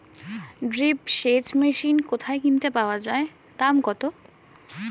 Drip সেচ machine কোথায় কিনতে পাওয়া যায় দাম কত?